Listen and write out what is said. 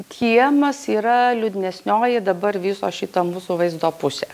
kiemas yra liūdnesnioji dabar viso šito mūsų vaizdo pusė